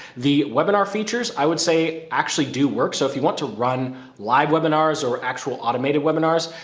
the webinar features, i would say actually do work. so if you want to run live webinars or actual automated webinars,